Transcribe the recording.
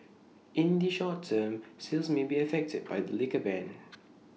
in the short term sales may be affected by the liquor ban